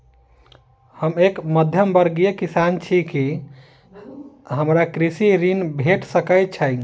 हम एक मध्यमवर्गीय किसान छी, की हमरा कृषि ऋण भेट सकय छई?